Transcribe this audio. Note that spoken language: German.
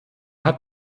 hat